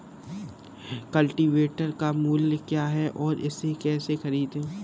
Cultivator का मूल्य क्या है और इसे कैसे खरीदें?